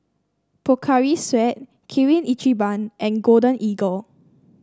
Pocari Sweat Kirin Ichiban and Golden Eagle